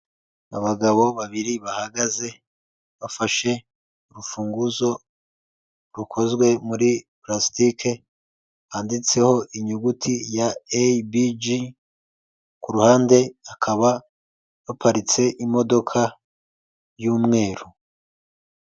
Abagabo babiri bahagaze bafashe urufunguzo rukozwe muri parasitike handitseho inyuguti ya eyibiji, ku ruhande hakaba haparitse imodoka y'umweru.